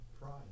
Pride